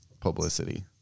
publicity